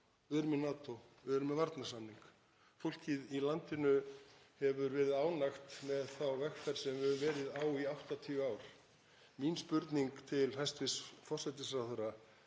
við erum í NATO, við erum með varnarsamning. Fólkið í landinu hefur verið ánægt með þá vegferð sem við höfum verið á í 80 ár. Mín spurning til hæstv. forsætisráðherra: